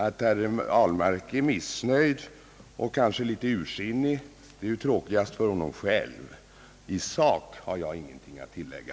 Att herr Ahlmark är missnöjd och kanske i någon mån ursinnig är ju tråkigt för honom själv. I sak har jag ingenting att tillägga.